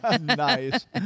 Nice